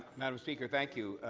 madam speaker, thank you.